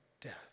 death